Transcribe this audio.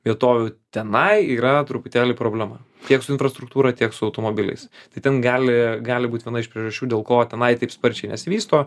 vietovių tenai yra truputėlį problema tiek su infrastruktūra tiek su automobiliais tai ten gali gali būt viena iš priežasčių dėl ko tenai taip sparčiai nesivysto